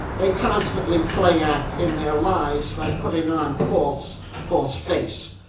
they constantly play-act in their lives by putting on false false face.